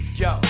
yo